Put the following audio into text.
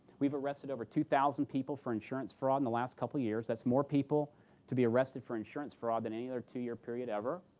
we have arrested over two thousand people for insurance fraud in the last couple years. that's more people to be arrested for insurance fraud than any other two-year period ever.